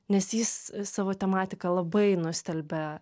nes jis savo tematika labai nustelbia